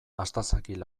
astazakil